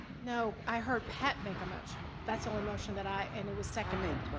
no. i heard pat make a motion. that's the only motion that i. and it was seconded. but